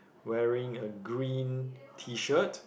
wearing a green Tshirt